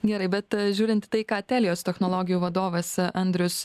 gerai bet žiūrint tai ką telios technologijų vadovas andrius